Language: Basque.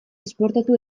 esportatu